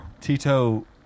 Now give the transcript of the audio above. Tito